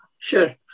Sure